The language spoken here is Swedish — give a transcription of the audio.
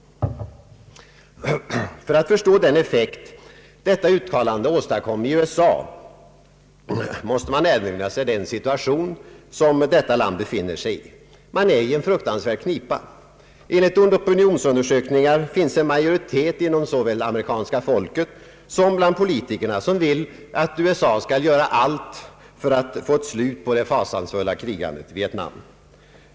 För att förstå den effekt detta uttalande åstadkom i USA måste man erinra sig den situation som detta land befinner sig i. Man är i en fruktansvärd knipa. Enligt opinionsundersökningar finns en majoritet inom såväl amerikanska folket som bland politikerna som vill att USA skall göra allt för att få ett slut på det fasansfulla krigandet i Vietnam.